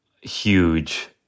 huge